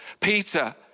Peter